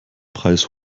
preis